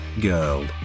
girl